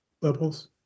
levels